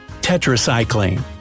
tetracycline